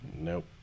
Nope